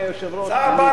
צער בעלי-חיים,